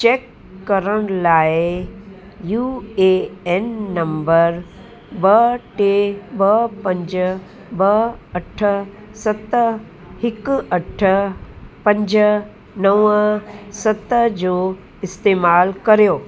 check करण लाइ U A N number ॿ टे ॿ पंज ॿ अठ सत हिकु अठ पंज नव सत जो इस्तेमाल कयो